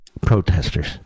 protesters